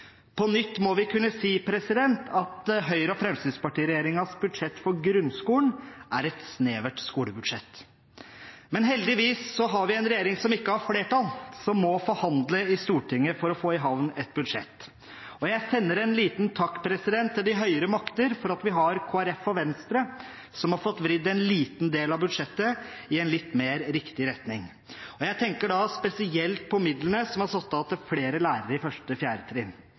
På nytt må vi kunne si at Høyre–Fremskrittsparti-regjeringens budsjett for grunnskolen er et snevert skolebudsjett. Men heldigvis har vi en regjering som ikke har flertall, og som må forhandle i Stortinget for å få i havn et budsjett. Jeg sender en liten takk til høyere makter for at vi har Kristelig Folkeparti og Venstre, som har fått vridd en liten del av budsjettet i en litt mer riktig retning. Jeg tenker da spesielt på midlene som er satt av til flere lærere i 1.–4. trinn.